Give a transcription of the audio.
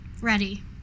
Ready